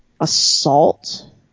assault